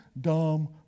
dumb